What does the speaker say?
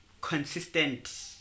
consistent